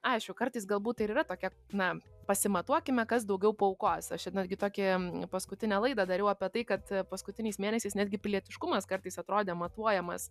aišku kartais galbūt tai ir yra tokia na pasimatuokime kas daugiau paaukos aš čia netgi tokį paskutinę laidą dariau apie tai kad paskutiniais mėnesiais netgi pilietiškumas kartais atrodė matuojamas